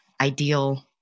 ideal